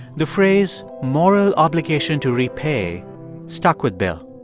the phrase moral obligation to repay stuck with bill.